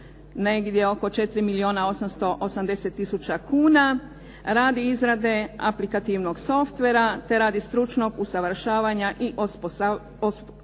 negdje oko 4 milijuna 880 tisuća kuna radi izrade aplikativnog Sofvera te radi stručnog usavršavanja i osposobljavanja